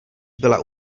byla